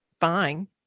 fine